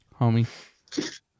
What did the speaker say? homie